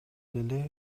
деле